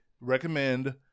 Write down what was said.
recommend